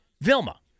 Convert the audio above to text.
Vilma